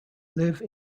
live